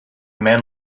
man